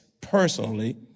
personally